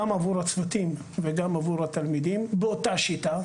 גם עבור הצוותים וגם עבור התלמידים באותה שיטה.